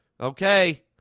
Okay